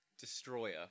destroyer